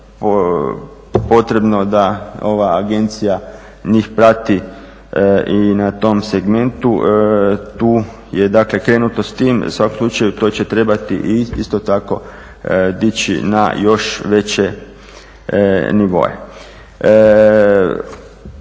potrebno da ova agencija njih prati i na tom segmentu. Tu je dakle krenuto s tim, u svakom slučaju to će trebati isto tako dići na još veće nivoe.